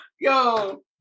Yo